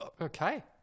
Okay